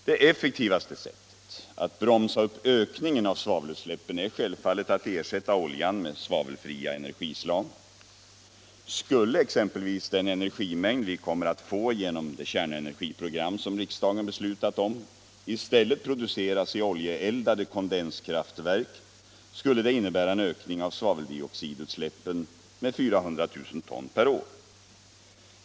Det effektivaste sättet att bromsa upp ökningen av svavelutsläppen är självfallet att ersätta oljan med svavelfria energislag. Skulle exempelvis den energimängd vi kommer att få genom det kärnenergiprogram som riksdagen beslutat om i stället produceras i oljeeldade kondenskraftverk, skulle detta innebära en ökning av svaveldioxidutsläppen med 400 000 ton per år.